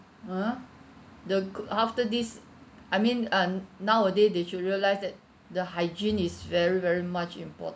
(uh huh) the~ could after this I mean um nowaday they should realise that the hygiene is very very much important